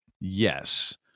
Yes